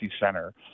center